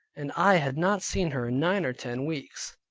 and i had not seen her in nine or ten weeks,